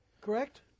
Correct